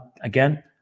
Again